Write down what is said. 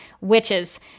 witches